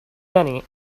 denny